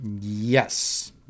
Yes